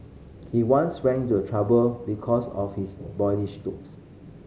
he once ran into a trouble because of his boyish looks